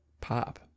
pop